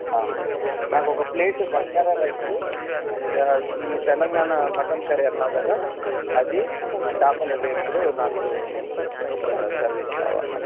నాకు ఒక నాకు ప్లేట్ బగారా రైస్ ఈ తెలంగాణ మటన్ కర్రీ అన్నావు కదా అది చేపల వేపుడు నాకు సర్వీస్ కావాల